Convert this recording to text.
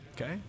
Okay